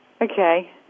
Okay